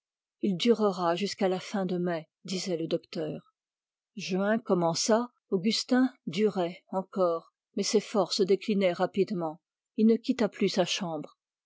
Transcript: il durera jusqu'à la fin de mai disait le docteur juin commença augustin durait encore mais ses forces déclinaient rapidement il ne quitta plus sa chambre